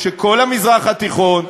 כשכל המזרח התיכון,